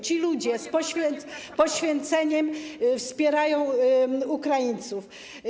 Ci ludzie z poświęceniem wspierają Ukraińców.